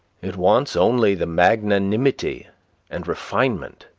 it wants only the magnanimity and refinement.